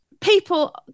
People